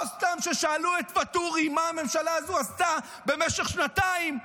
לא סתם כששאלו את ואטורי מה הממשלה הזו עשתה במשך שנתיים,